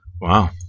Wow